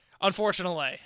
Unfortunately